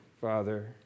Father